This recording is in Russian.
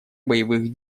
боевых